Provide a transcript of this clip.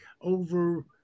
over